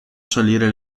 salire